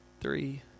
three